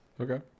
Okay